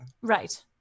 Right